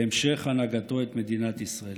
להמשך הנהגתו את מדינת ישראל.